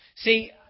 See